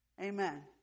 amen